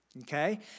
Okay